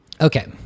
Okay